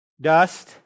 Dust